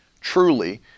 truly